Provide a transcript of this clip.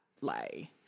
lay